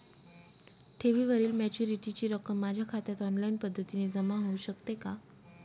ठेवीवरील मॅच्युरिटीची रक्कम माझ्या खात्यात ऑनलाईन पद्धतीने जमा होऊ शकते का?